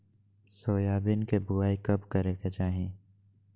Soybean के बुआई कब करे के चाहि?